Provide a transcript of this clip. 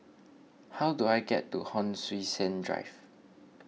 how do I get to Hon Sui Sen Drive